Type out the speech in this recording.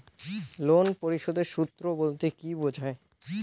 Loan পরিশোধের সূএ বলতে কি বোঝায়?